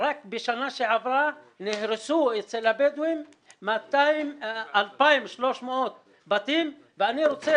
שרק בשנה שעברה נהרסו אצל הבדואים 2,300 בתים ואני רוצה